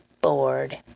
bored